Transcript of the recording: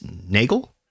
Nagel